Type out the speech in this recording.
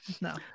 No